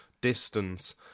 distance